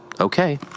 Okay